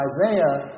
Isaiah